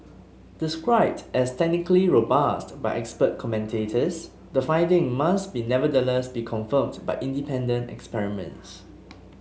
described as technically robust by expert commentators the findings must be nevertheless be confirmed by independent experiments